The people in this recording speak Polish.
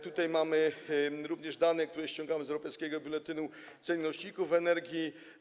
Tutaj mamy również dane, które ściągamy z „Europejskiego Biuletynu Cenowego Nośników Energii”